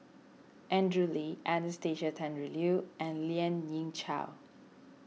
Andrew Lee Anastasia Tjendri Liew and Lien Ying Chow